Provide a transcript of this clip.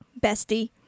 Bestie